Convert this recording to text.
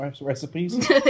recipes